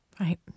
Right